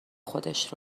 خودش